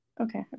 Okay